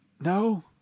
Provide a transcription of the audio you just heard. No